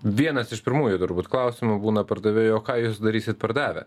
vienas iš pirmųjų turbūt klausimų būna pardavėjo ką jūs darysit pardavę